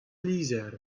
lizher